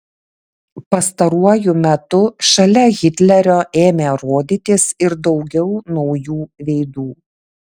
pastaruoju metu šalia hitlerio ėmė rodytis ir daugiau naujų veidų